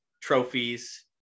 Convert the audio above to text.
trophies